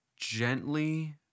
Gently